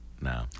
no